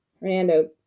Hernando